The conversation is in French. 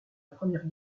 première